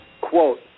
quote